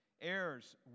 heirs